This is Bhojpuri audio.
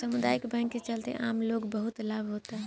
सामुदायिक बैंक के चलते आम लोग के बहुत लाभ होता